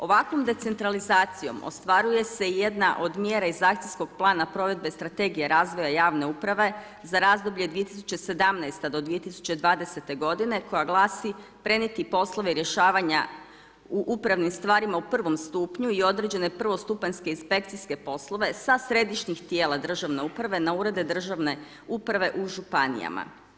Ovakvom decentralizacijom ostvaruje se i jedna od mjera iz akcijskog plana provedbe Strategije razvoja javne uprave za razdoblje 2017. do 2020. godine koja glasi prenijeti poslove i rješavanja u upravnim stvarima u prvom stupnju i određene prvostupanjske inspekcijske poslove sa središnjih tijela državne uprave na urede državne uprave u županijama.